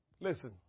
Listen